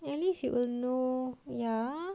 then at least you will know ya